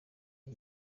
iki